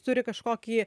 turi kažkokį